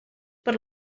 per